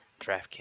DraftKings